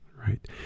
right